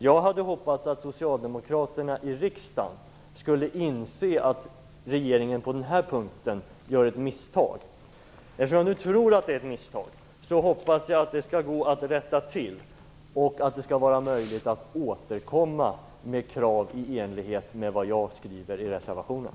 Jag hade hoppats att socialdemokraterna i riksdagen skulle inse att regeringen på den här punkten gör ett misstag. Eftersom jag nu tror att detta är ett misstag hoppas jag att det skall gå att rätta till och att det skall vara möjligt att återkomma med krav i enlighet med vad jag skriver i reservationen.